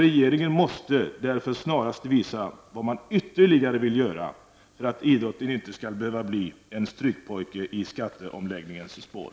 Regeringen måste därför snarast visa vad den ytterligare vill göra för att idrotten inte skall behöva bli en strykpojke i skatteomläggningens spår.